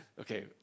okay